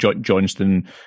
Johnston